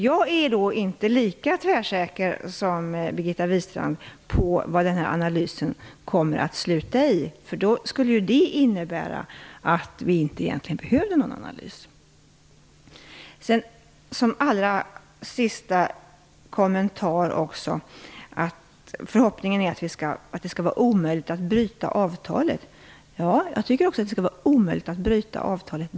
Jag är inte lika tvärsäker som Birgitta Wistrand på hur den här analysen kommer att sluta. I så fall skulle vi egentligen inte behövde någon analys. Till sist vill jag kommentera det som sades om att det skall vara omöjligt att bryta avtalet. Jag tycker också att det skall vara omöjligt att bryta avtalet.